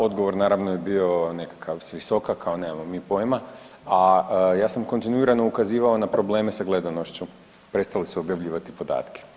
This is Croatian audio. Odgovor naravno je bio nekakav s visoka, kao nemamo mi pojma, a ja sam kontinuirano ukazivao na probleme sa gledanošću, prestali su objavljivati podatke.